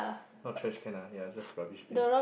not trash can lah ya just rubbish bin